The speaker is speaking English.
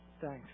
thanks